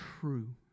true